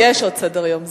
יש סדר-יום.